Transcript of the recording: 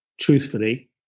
truthfully